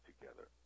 together